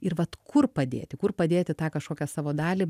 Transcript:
ir vat kur padėti kur padėti tą kažkokią savo dalį